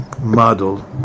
model